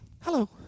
Hello